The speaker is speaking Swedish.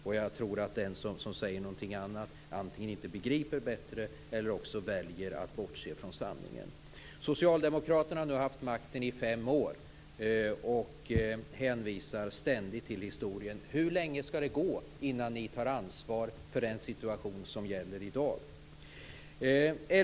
Och jag tror att den som säger något annat antingen inte begriper bättre eller också väljer att bortse från sanningen. Socialdemokraterna har nu haft makten i fem år och hänvisar ständigt till historien. Hur lång tid skall det gå innan ni tar ansvar för den situation som gäller i dag?